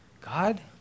God